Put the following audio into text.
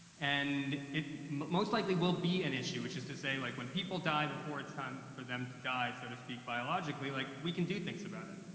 and it most likely will be an issue, which is to say, like, when people die before it's time for them to die, so to speak, biologically, like, we can do things about it.